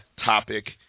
topic